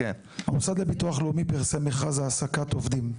המוסד לביטוח לאומי פרסם מכרז העסקת עובדים.